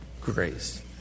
grace